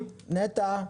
נטע.